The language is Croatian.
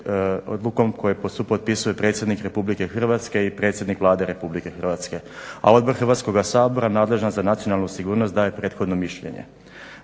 odlukom koju supotpisuje predsjednik Republike Hrvatske i predsjednik Vlade Republike Hrvatske. A Odbor Hrvatskoga sabora nadležan za nacionalnu sigurnost daje prethodno mišljenje.